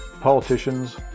Politicians